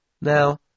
Now